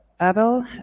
Abel